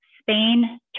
Spain